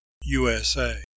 USA